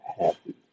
happy